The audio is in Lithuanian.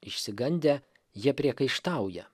išsigandę jie priekaištauja